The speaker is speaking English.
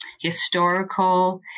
historical